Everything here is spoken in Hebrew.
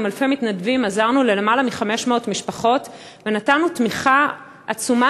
עזרנו ללמעלה מ-500 משפחות ונתנו תמיכה עצומה